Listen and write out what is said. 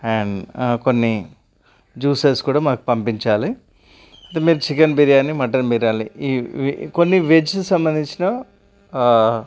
and కొన్నీ juices కూడా మాకు పంపించాలి అదే మీరు చికెన్ బిర్యానీ మటన్ బిర్యానీ ఇవి కొన్ని వెజ్ సంబంధించినా